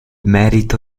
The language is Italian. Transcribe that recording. merito